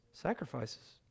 sacrifices